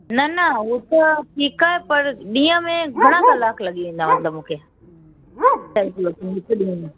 न न हो त ठीकु आहे पर ॾींहं में घणा कलाक लॻी वेंदा मतिलबु मूंखे हिकु ॾींहुं में